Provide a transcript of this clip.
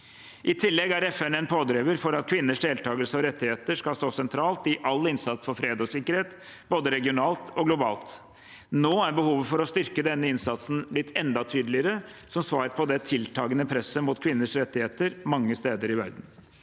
I tillegg er FN en pådriver for at kvinners deltakelse og rettigheter skal stå sentralt i all innsats for fred og sikkerhet, både regionalt og globalt. Nå er behovet for å styrke denne innsatsen blitt enda tydeligere, som svar på det tiltakende presset mot kvinners rettigheter mange steder i verden.